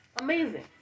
Amazing